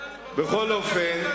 בכל אופן,